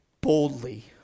Boldly